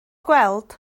gweld